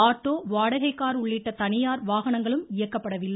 auto வாடகை car உள்ளிட்ட தனியார் வாகனங்களும் இயக்கப்படவில்லை